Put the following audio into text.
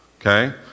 Okay